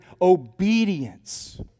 obedience